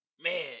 man